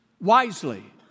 wisely